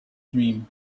dream